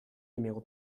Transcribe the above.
numéro